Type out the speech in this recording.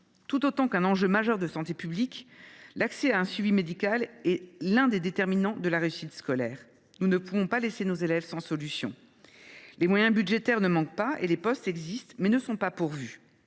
Tout autant qu’un enjeu majeur de santé publique, l’accès à un suivi médical est l’un des déterminants de la réussite scolaire. Nous ne pouvons pas laisser nos élèves sans solutions. Les moyens budgétaires ne manquent pas et les postes existent, mais ils ne sont pas pourvus.